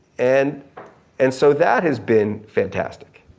and and so that has been fantastic.